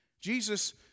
Jesus